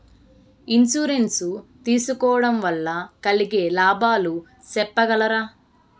Insurance సేసుకోవడం వల్ల కలిగే లాభాలు సెప్పగలరా?